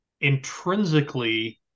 intrinsically